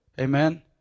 Amen